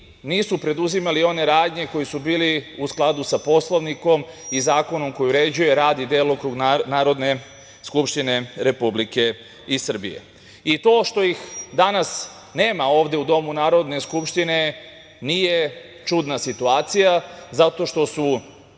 nisu preduzimali one radnje koje su bile u skladu sa Poslovnikom i zakonom koji uređuje rad i delokrug Narodne skupštine Republike Srbije. To što ih danas nema ovde u Domu Narodne skupštine nije čudna situacija zato što su